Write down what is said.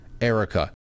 Erica